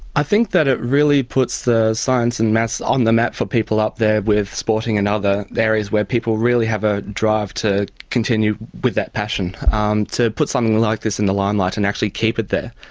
i think that it really puts the science and maths on the map for people up there with sporting and other areas where people really have a drive to continue with that passion. so um to put something like this in the limelight and actually keep it there,